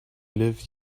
lived